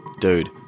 Dude